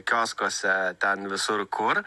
kioskuose ten visur kur